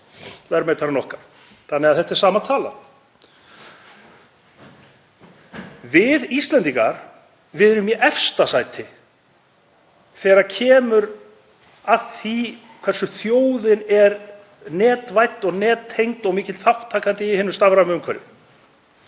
verðmætari en okkar þannig að þetta er sama tala. Við Íslendingar erum í efsta sæti þegar kemur að því hversu þjóðin er netvædd og nettengd og mikill þátttakandi í hinu stafræna umhverfi.